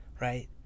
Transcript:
right